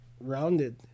rounded